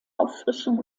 auffrischung